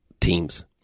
teams